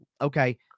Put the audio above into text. okay